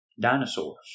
dinosaurs